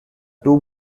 two